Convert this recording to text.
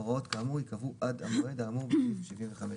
ההוראות כאמור יקבעו עד המועד האמור בסעיף 75 (ב)".